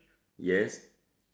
yes